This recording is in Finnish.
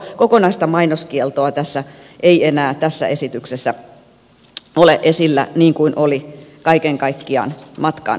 kokonaista mainoskieltoa ei enää tässä esityksessä ole esillä niin kuin oli kaiken kaikkiaan matkan varrella